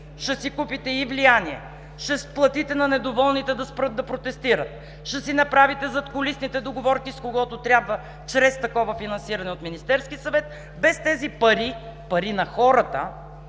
ще си купите и влияние, ще платите на недоволните да спрат да протестират, ще си направите задкулисните договорки с когото трябва чрез такова финансиране от Министерския съвет, без тези пари – пари на хората,